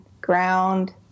ground